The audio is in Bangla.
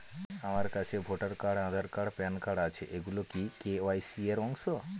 আমার কাছে voter card Aadhaar card PAN card আছে এগুলো কি কে.ওয়াই.সি র অংশ?